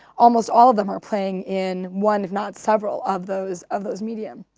almost all of them are playing in one if not several of those of those medium.